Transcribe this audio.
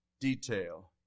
detail